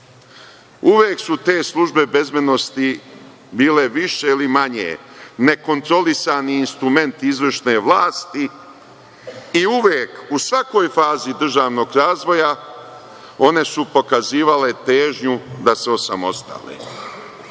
Uvek su te službe bezbednosti bile više ili manje nekontrolisani instrument izvršne vlasti i uvek u svakoj fazi državnog razvoja, one su pokazivale težnju da se